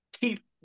keep